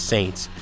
Saints